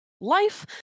life